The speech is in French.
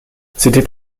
c’était